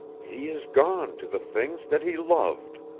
he is gone to the things that he loved,